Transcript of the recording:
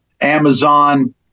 Amazon